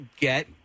get